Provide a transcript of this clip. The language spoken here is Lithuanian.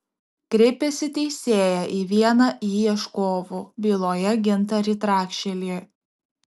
kreipėsi teisėją į vieną į ieškovų byloje gintarį trakšelį